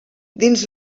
dins